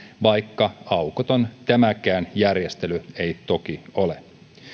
vaikka aukoton tämäkään järjestely ei toki ole